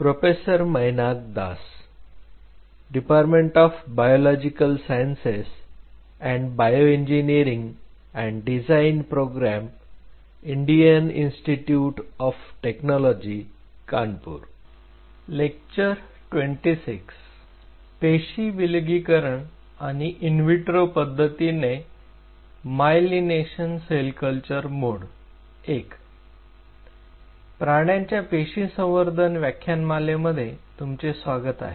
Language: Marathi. प्राण्यांच्या पेशी संवर्धन व्याख्यानमाले मध्ये तुमचे स्वागत आहे